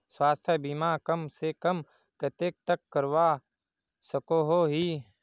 स्वास्थ्य बीमा कम से कम कतेक तक करवा सकोहो ही?